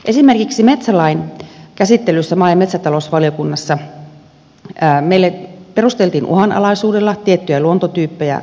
esimerkiksi metsälain käsittelyssä maa ja metsätalousvaliokunnassa meille perusteltiin uhanalaisuudella tiettyjä luontotyyppejä suomessa